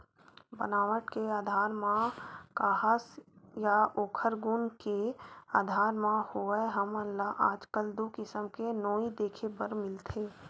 बनावट के आधार म काहस या ओखर गुन के आधार म होवय हमन ल आजकल दू किसम के नोई देखे बर मिलथे